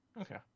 Okay